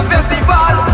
Festival